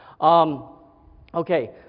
Okay